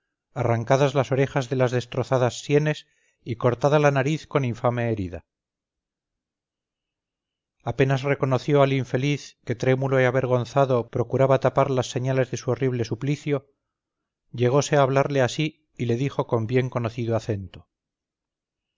arrancadas las orejas de las destrozadas sienes y cortada la nariz con infame herida apenas reconoció al infeliz que trémulo y avergonzado procuraba tapar las señales de su horrible suplicio llegose a hablarle y así le dijo con bien conocido acento